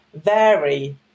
vary